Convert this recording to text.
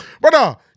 Brother